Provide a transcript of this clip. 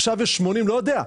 עכשיו 80. לא יודע,